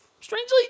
Strangely